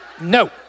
No